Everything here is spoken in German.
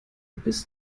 bis